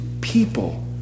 people